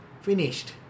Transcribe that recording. Finished